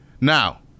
Now